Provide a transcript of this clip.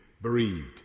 bereaved